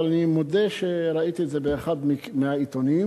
אבל אני מודה שראיתי את זה באחד העיתונים.